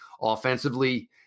Offensively